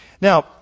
Now